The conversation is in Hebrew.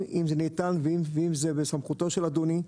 אם זה ניתן ואם זה בסמכותו של אדוני,